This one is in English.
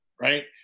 Right